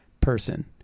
person